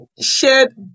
shared